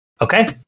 okay